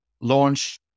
launch